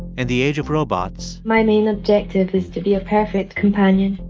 and the age of robots. my main objective is to be a perfect companion.